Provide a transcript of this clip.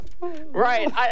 Right